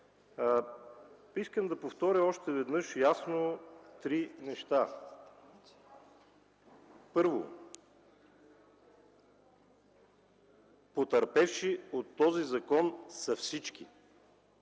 Искам да повторя още веднъж ясно три неща. Първо, потърпевши от този закон са всички,